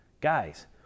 guys